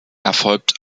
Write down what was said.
erfolgt